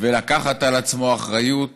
ולקחת על עצמו אחריות,